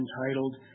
entitled